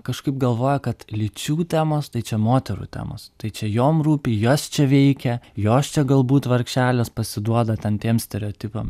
kažkaip galvoja kad lyčių temos tai čia moterų temos tai čia jom rūpi jos čia veikia jos čia galbūt vargšelės pasiduoda ten tiem stereotipam